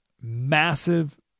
massive